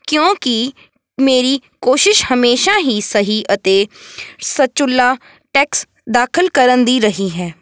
ਕਿਉਂਕਿ ਮੇਰੀ ਕੋਸ਼ਿਸ਼ ਹਮੇਸ਼ਾ ਹੀ ਸਹੀ ਅਤੇ ਸਚੁੱਲਾ ਟੈਕਸ ਦਾਖਲ ਕਰਨ ਦੀ ਰਹੀ ਹੈ